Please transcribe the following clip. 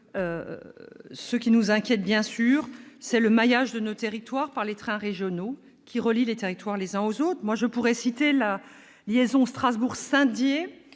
Ce qui nous inquiète, c'est, bien sûr, le maillage de nos territoires par les trains régionaux qui relient les territoires les uns aux autres. Je pourrais citer l'exemple de la liaison Strasbourg-Saint-Dié,